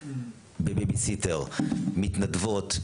שמה אותם